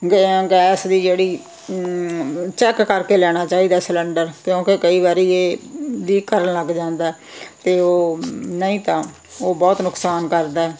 ਗੈ ਗੈਸ ਦੀ ਜਿਹੜੀ ਚੈੱਕ ਕਰਕੇ ਲੈਣਾ ਚਾਹੀਦਾ ਸਲੰਡਰ ਕਿਉਂਕਿ ਕਈ ਵਾਰੀ ਇਹ ਲੀਕ ਕਰਨ ਲੱਗ ਜਾਂਦਾ ਅਤੇ ਉਹ ਨਹੀਂ ਤਾਂ ਉਹ ਬਹੁਤ ਨੁਕਸਾਨ ਕਰਦਾ